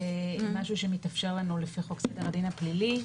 משהו שמתאפשר לנו לפי חוק סדר הדין הפלילי,